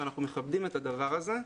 ואנחנו מכבדים את הדבר הזה,